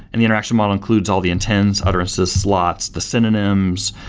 and the interaction model includes all the intents, utterances, slots, the synonyms,